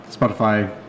spotify